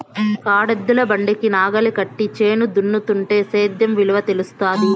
కాడెద్దుల బండికి నాగలి కట్టి చేను దున్నుతుంటే సేద్యం విలువ తెలుస్తాది